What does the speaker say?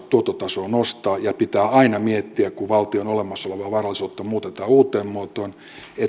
tuottotasoa nostaa ja pitää aina miettiä kun valtion olemassa olevaa varallisuutta muutetaan uuteen muotoon